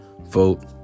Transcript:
Vote